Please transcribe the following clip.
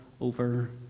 over